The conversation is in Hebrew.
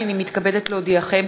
הנני מתכבדת להודיעכם,